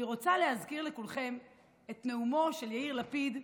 אני רוצה להזכיר לכולכם את נאומו של יאיר לפיד,